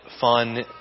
fun